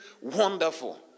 wonderful